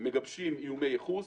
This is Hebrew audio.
מגבשים איומי ייחוס,